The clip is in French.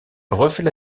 refait